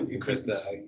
Christmas